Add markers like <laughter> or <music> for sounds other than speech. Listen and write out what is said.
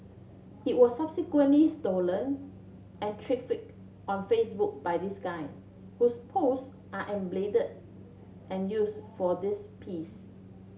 it was subsequently stolen and <unintelligible> on Facebook by this gun whose pose are <unintelligible> and use for this piece